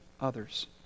others